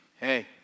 Hey